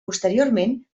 posteriorment